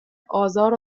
آزار